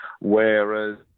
whereas